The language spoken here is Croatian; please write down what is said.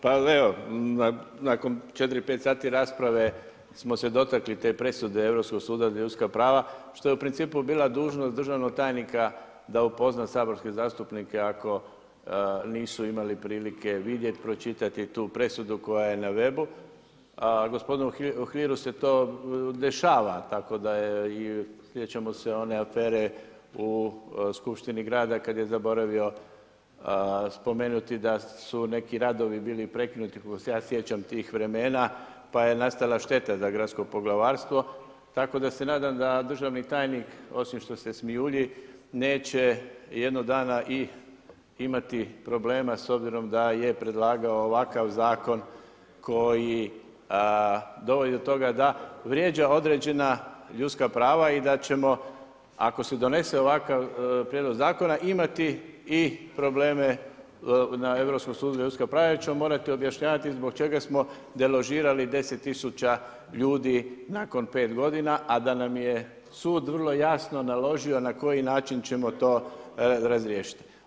Pa evo, nakon 4, 5 sati rasprave smo se dotakli te presude Europskog suda za ljudska prava što je u principu bila dužnost državnog tajnika da upozna saborske zastupnike ako nisu imali prilike vidjeti, pročitati tu presudu koja je na webu a gospodinu Uhliru se to dešava tako da je i sjećamo se one afere u skupštini grada kada je zaboravio spomenuti da su neki radovi bili prekinuti, koliko se ja sjećam tih vremena, pa je nastala šteta za to poglavarstvo, tako da se nadam da državi tajnik, osim što se smijulji, neće jednog dana i imati problema, s obzirom da je predlagao ovakav zakon, koji dovodi do toga da vrijeđa određena ljudska prava i da ćemo ako se donese ovakav prijedlog zakona imati i probleme na Europskom sudu za ljudska prava jer ćemo morati objašnjavati zbog čega smo deložirali 10000 ljudi nakon 5 g. a da nam je sud vrlo jasno naložio na koji način ćemo to razriješiti.